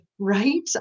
right